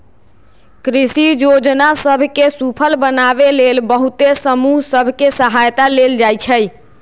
कृषि जोजना सभ के सूफल बनाबे लेल बहुते समूह सभ के सहायता लेल जाइ छइ